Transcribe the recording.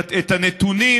מתקיים.